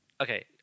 Okay